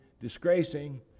disgracing